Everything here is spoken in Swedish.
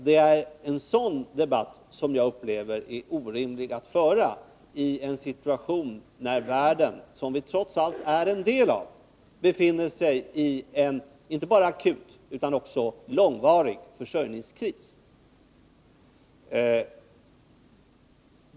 Det är en sådan debatt som jag upplever är orimlig att föra i en situation när världen — som vi trots allt är en del av — befinner sig i en inte bara akut utan också långvarig försörjningskris.